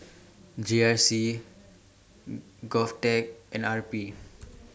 G R C Govtech and R P